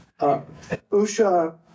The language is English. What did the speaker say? Usha